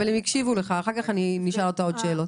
אחר כך נשאל אותה עוד שאלות.